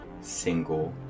single